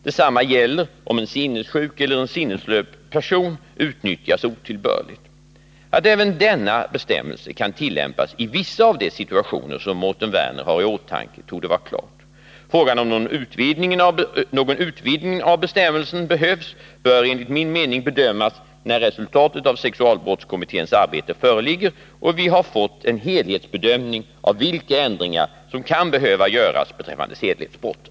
Detsamma gäller om en sinnessjuk eller en sinnesslö person utnyttjas otillbörligt. Att även denna bestämmelse kan tillämpas i vissa av de situationer som Mårten Werner har i åtanke torde vara klart. Frågan om någon utvidgning av bestämmelsen behövs bör enligt min att förkorta handläggningstiden i utlänningsärenden hos regeringen mening bedömas när resultatet av sexualbrottskommitténs arbete föreligger och vi har fått en helhetsbelysning av vilka ändringar som kan behöva göras beträffande sedlighetsbrotten.